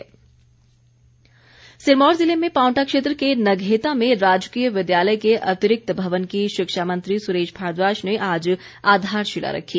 भारद्वाज सिरमौर जिले में पांवटा क्षेत्र के नघेता में राजकीय विद्यालय के अतिरिक्त भवन की शिक्षा मंत्री सुरेश भारद्वाज ने आज आधारशिला रखी